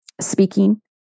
speaking